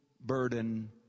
burden